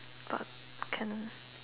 but can